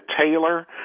Taylor